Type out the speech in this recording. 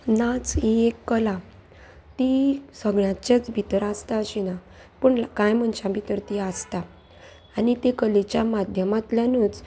नाच ही एक कला ती सगळ्यांचेच भितर आसता अशी ना पूण कांय मनशां भितर ती आसता आनी ती कलेच्या माध्यमांतल्यानूच